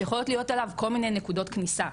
שיכולות להיות עליו כל מיני נקודות כניסה.